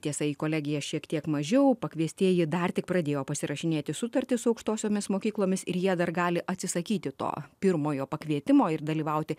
tiesa į kolegiją šiek tiek mažiau pakviestieji dar tik pradėjo pasirašinėti sutartis su aukštosiomis mokyklomis ir jie dar gali atsisakyti to pirmojo pakvietimo ir dalyvauti